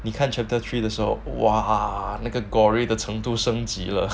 你看 chapter three 的时候 !wow! 那个 gory 的成都升级了